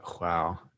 Wow